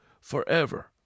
forever